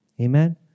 Amen